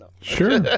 Sure